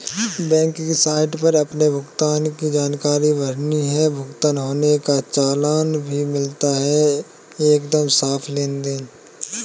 bank की site पर अपने भुगतान की जानकारी भरनी है, भुगतान होने का चालान भी मिलता है एकदम साफ़ लेनदेन